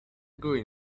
green